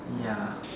ya